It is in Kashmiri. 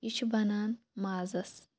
یہِ چھُ بَنان مازَس